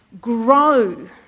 Grow